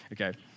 Okay